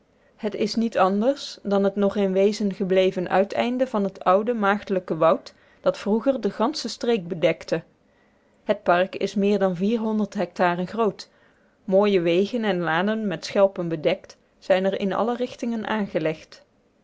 het is niet anders dan het nog in wezen gebleven uiteinde van het oude maagdelijke woud dat vroeger de gansche streek bedekte het park is meer dan hectaren groot mooie wegen en lanen met schelpen bedekt zijn er in alle richtingen aangelegd